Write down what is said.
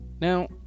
Now